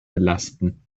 belasten